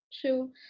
True